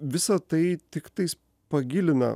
visa tai tiktais pagilina